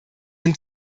sind